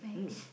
mm